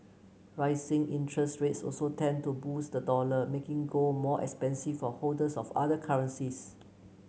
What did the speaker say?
rising interest rates also tend to boost the dollar making gold more expensive for holders of other currencies